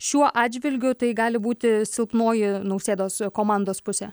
šiuo atžvilgiu tai gali būti silpnoji nausėdos komandos pusė